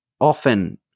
often